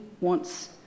wants